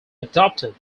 adopted